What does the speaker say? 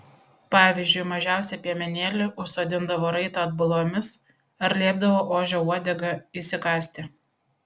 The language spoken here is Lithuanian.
pavyzdžiui mažiausią piemenėlį užsodindavo raitą atbulomis ar liepdavo ožio uodegą įsikąsti